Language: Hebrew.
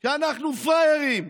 כי אנחנו פראיירים.